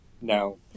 No